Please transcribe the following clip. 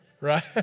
Right